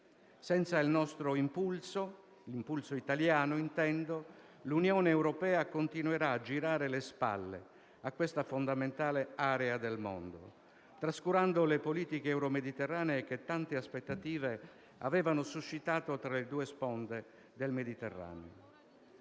Senza l'impulso italiano, l'Unione europea continuerà a girare le spalle a questa fondamentale area del mondo, trascurando le politiche euromediterranee che tante aspettative avevano suscitato tra le due sponde del Mediterraneo.